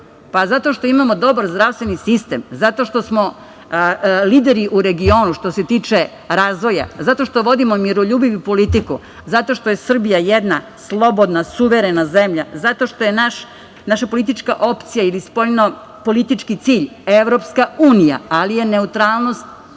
Zato što imamo dobar zdravstveni sistem, zato što smo lideri u regionu što se tiče razvoja, zato što vodimo miroljubivu politiku, zato što je Srbija jedna slobodna suverena zemlja, zato što je naša politička opcija ili spoljnopolitički cilj EU, ali je neutralnost